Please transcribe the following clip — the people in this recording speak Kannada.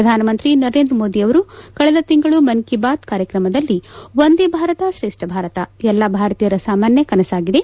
ಪ್ರಧಾನಮಂತ್ರಿ ನರೇಂದ್ರ ಮೋದಿ ಅವರು ಕಳೆದ ತಿಂಗಳು ಮನ್ ಕೀ ಬಾತ್ ಕಾರ್ಯಕ್ರಮದಲ್ಲಿ ಒಂದೇ ಭಾರತ ಶ್ರೇಷ್ಠ ಭಾರತ ಎಲ್ಲಾ ಭಾರತೀಯರ ಸಾಮಾನ್ವ ಕನಸಾಗಿದೆ